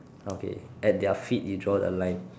okay at their feet you draw the line